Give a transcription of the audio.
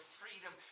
freedom